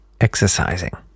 Exercising